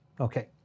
Okay